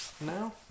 now